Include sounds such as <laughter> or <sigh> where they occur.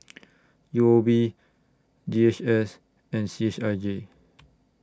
<noise> U O B D H S and C H I J